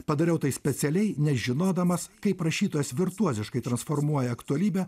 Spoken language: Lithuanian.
padariau tai specialiai nežinodamas kaip rašytojas virtuoziškai transformuoja aktualybę